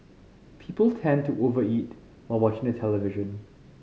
people tend to over eat while watching the television